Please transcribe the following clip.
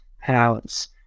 powers